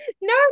No